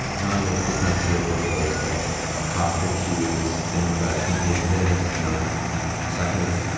non-latency sensitive workloads like kafka queues, things that can take minutes, not seconds.